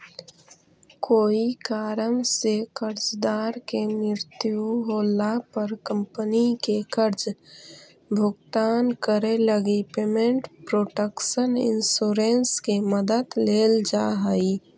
कोई कारण से कर्जदार के मृत्यु होला पर कंपनी के कर्ज भुगतान करे लगी पेमेंट प्रोटक्शन इंश्योरेंस के मदद लेल जा हइ